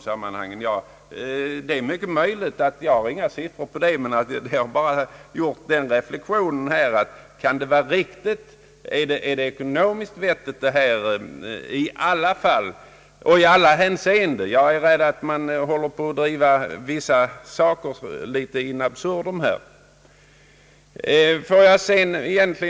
Jag har gjort den reflexionen: Kan detta verkligen vara riktigt, och är det i alla hänseenden ekonomiskt vettigt? Jag är rädd att man här driver vissa nya principer in absurdum.